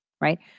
Right